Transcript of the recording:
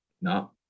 no